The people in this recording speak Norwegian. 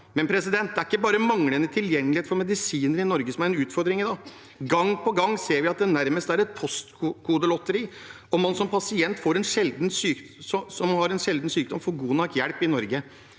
barn. Det er ikke bare manglende tilgjengelighet for medisiner i Norge som er en utfordring i dag. Gang på gang ser vi at det nærmest er et postkodelotteri om man som pasient som har en sjelden sykdom, får god nok hjelp i Norge.